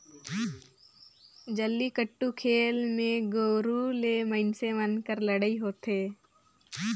जल्लीकट्टू खेल मे गोरू ले मइनसे मन कर लड़ई होथे